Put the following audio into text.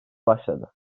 başladı